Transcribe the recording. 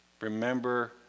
remember